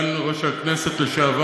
בבקשה, שלוש דקות לרשותך.